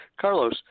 Carlos